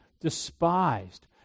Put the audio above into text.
despised